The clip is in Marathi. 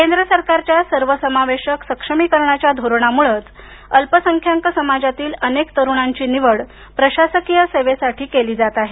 केंद्र सरकारच्या सर्वसमावेशक सक्षमीकरणाच्या धोरणामुळेच अल्पसंख्याक समाजातील अनेक तरुणांची निवड प्रशासकीय सेवेसाठी केली जात आहे